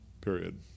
period